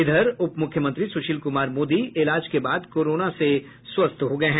इधर उप मुख्यमंत्री सुशील कुमार मोदी इलाज के बाद कोरोना से स्वस्थ हो गये हैं